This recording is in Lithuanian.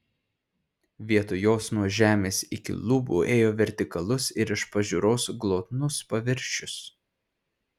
vietoj jos nuo žemės iki lubų ėjo vertikalus ir iš pažiūros glotnus paviršius